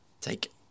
take